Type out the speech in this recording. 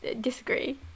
disagree